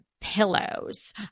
pillows